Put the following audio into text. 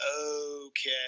okay